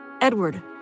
Edward